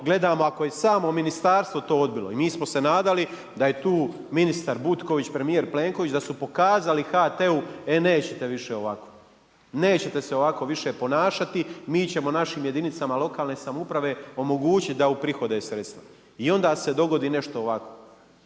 gledamo ako je samo ministarstvo to odbilo i mi smo se nadali da je tu ministar Butković i premijer Plenković da su pokazali HT e nećete više ovako, nećete se više ovako ponašati mi ćemo našim jedinicama lokalne samouprave omogućiti da uprihoduju sredstva. I onda se dogodi nešto ovako.